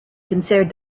considered